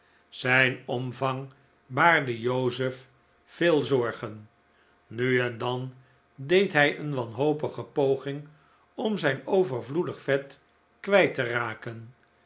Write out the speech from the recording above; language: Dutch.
zijn omvang baarde joseph veel zorgen nu en dan deed hij een wanhopige poging om zijn overvloedig vet kwijt te raken